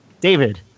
David